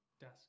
desk